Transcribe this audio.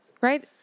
right